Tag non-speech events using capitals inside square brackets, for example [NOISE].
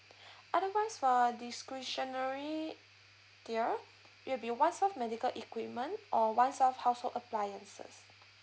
[BREATH] otherwise for discretionary tier it'll be one serve medical equipment or one self household appliances